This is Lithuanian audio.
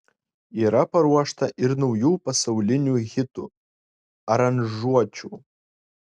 yra paruošta ir naujų pasaulinių hitų aranžuočių